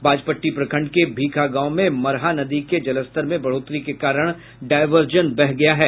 बाजपट्टी प्रखंड के भीखा गांव में मरहा नदी के जलस्तर में बढ़ोतरी के कारण डायवर्जन बह गया है